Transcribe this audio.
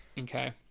Okay